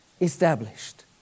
established